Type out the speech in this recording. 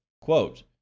Quote